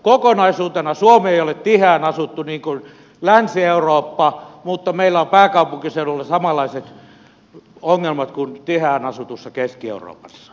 kokonaisuutena suomi ei ole tiheään asuttu niin kuin länsi eurooppa mutta meillä on pääkaupunkiseudulla samanlaiset ongelmat kuin tiheään asutussa keski euroopassa